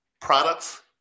Products